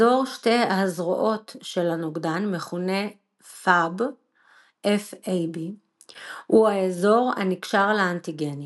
אזור שתי ה"זרועות" של הנוגדן מכונה Fab הוא האזור הנקשר לאנטיגנים.